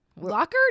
locker